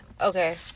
Okay